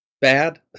bad